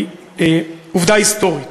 היא עובדה היסטורית.